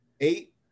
Eight